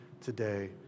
today